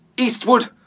Eastwood